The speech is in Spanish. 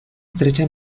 estrecha